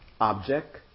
object